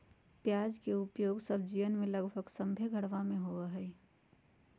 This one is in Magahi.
प्याज के उपयोग सब्जीयन में लगभग सभ्भे घरवा में होबा हई